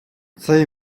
цей